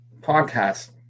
podcast